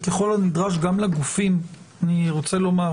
וככל הנדרש, גם לגופים אני רוצה לומר